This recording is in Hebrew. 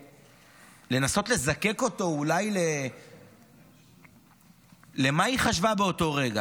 לנסות לזקק אותו אולי למה היא חשבה באותו רגע.